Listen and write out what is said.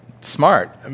smart